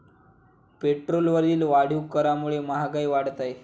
पेट्रोलवरील वाढीव करामुळे महागाई वाढत आहे